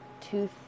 two